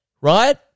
right